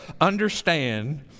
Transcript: understand